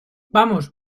vamos